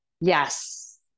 Yes